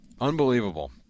Unbelievable